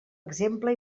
exemple